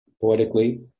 poetically